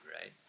right